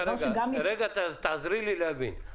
תעזרי לי להבין.